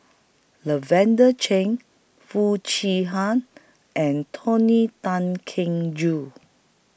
Lavender Chain Foo Chee Han and Tony Tan Keng Joo